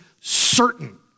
certain